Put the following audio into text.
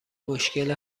مشکل